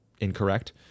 incorrect